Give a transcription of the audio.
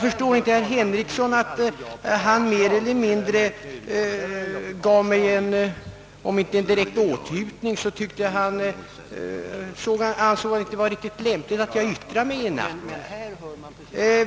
Herr Henrikson gav mig inte direkt en åthutning för att jag yttrade mig i natt, men det synes som om han ansåg det inte lämpligt. Jag kan inte förstå detta.